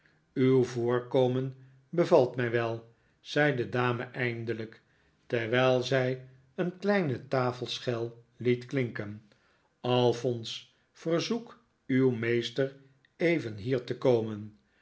uw voorkomen bevalt mij wel zei de dame eindelijk terwijl zij een kleine tafelschel liet klinken alphonse verzoek uw meester even hier te komen